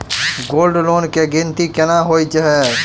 Gold loan केँ गिनती केना होइ हय?